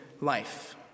life